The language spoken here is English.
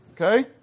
Okay